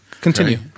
Continue